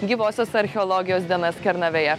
gyvosios archeologijos dienas kernavėje